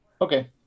Okay